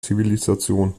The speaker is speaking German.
zivilisation